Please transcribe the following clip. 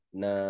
na